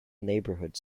neighborhood